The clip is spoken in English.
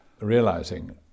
realizing